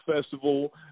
festival